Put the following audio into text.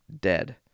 dead